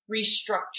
restructure